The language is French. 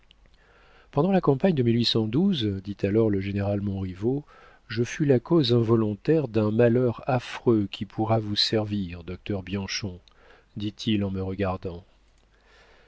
pendant la campagne de dit alors le général montriveau je fus la cause involontaire d'un malheur affreux qui pourra vous servir docteur bianchon dit-il en me regardant